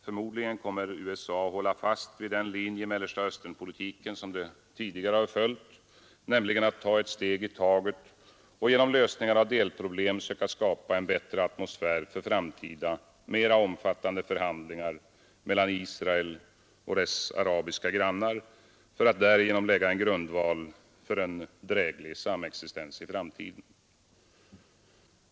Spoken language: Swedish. Förmodligen kommer USA att hålla fast vid den linje i Mellersta Östernpolitiken man tidigare följt, nämligen att ta ett steg i taget och genom lösningar av delproblem söka skapa en bättre atmosfär för framtida mera omfattande förhandlingar mellan Israel och dess arabiska grannar för att därigenom lägga en grundval för en dräglig samexistens i framtiden.